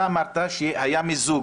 אמרת שהיה מיזוג.